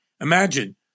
Imagine